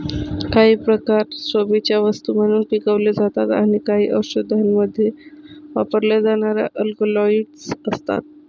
काही प्रकार शोभेच्या वस्तू म्हणून पिकवले जातात आणि काही औषधांमध्ये वापरल्या जाणाऱ्या अल्कलॉइड्स असतात